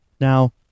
Now